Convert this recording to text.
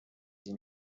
این